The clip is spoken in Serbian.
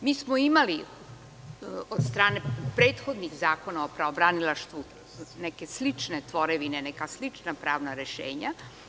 Imali smo od strane prethodnih zakona o pravobranilaštvu neke slične tvorevine, neka slična pravna rešenja.